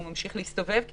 ואז הוא ממשיך להסתובב חופשי,